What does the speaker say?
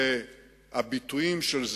ביטויים כמו,